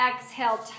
exhale